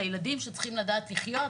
לילדים שצריכים לדעת לחיות